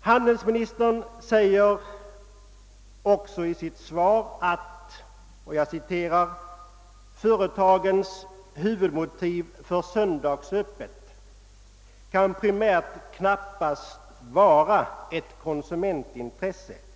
Handelsministern säger också i sitt svar: »Företagens huvudmotiv för söndagsöppet kan primärt knappast vara konsumentintresset.